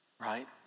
right